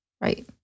right